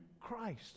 Christ